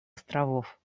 островов